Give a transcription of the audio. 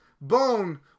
bone